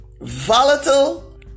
volatile